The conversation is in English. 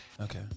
Okay